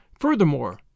Furthermore